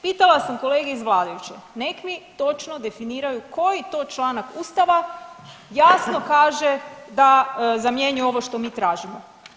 Pitala sam kolege iz vladajuće nek mi točno definiraju koji to članak Ustava jasno kaže da zamjenjuje ovo što mi tražimo.